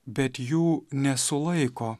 bet jų nesulaiko